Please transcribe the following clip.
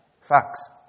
Facts